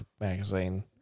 magazine